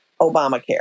Obamacare